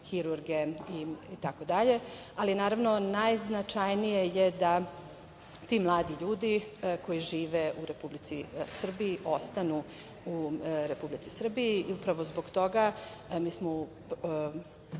hirurge, itd. Najznačajnije je da ti mladi ljudi koji žive u Republici Srbiji ostanu u Republici Srbiji i upravo zbog toga mi smo